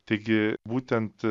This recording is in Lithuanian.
taigi būtent